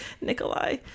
Nikolai